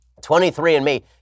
23andMe